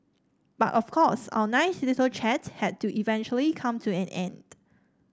but of course our nice little chat had to eventually come to an end